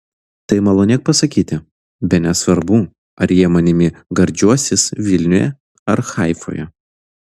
tai malonėk pasakyti bene svarbu ar jie manimi gardžiuosis vilniuje ar haifoje